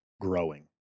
growing